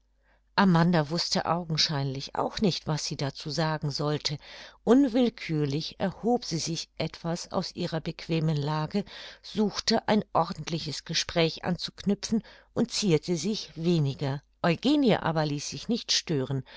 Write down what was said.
amanda wußte augenscheinlich auch nicht was sie dazu sagen sollte unwillkürlich erhob sie sich etwas aus ihrer bequemen lage suchte ein ordentliches gespräch anzuknüpfen und zierte sich weniger eugenie aber ließ sich nicht stören